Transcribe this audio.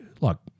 Look